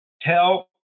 tell